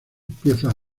piezas